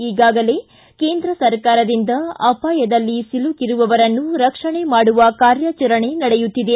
ಈಗಾಗಲೇ ಕೇಂದ್ರ ಸರ್ಕಾರದಿಂದ ಅಪಾಯದಲ್ಲಿ ಸಿಲುಕಿರುವವರನ್ನ ರಕ್ಷಣೆ ಮಾಡುವ ಕಾರ್ಯಚರಣೆ ನಡೆಯುತ್ತಿದೆ